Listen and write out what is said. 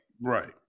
right